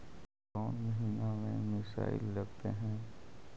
कौन महीना में मिसाइल लगते हैं?